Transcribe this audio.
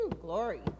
Glory